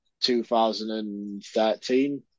2013